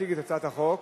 תציג את הצעת החוק,